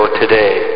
today